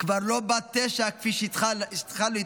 כבר לא בת תשע כפי שהייתה בהתחלה,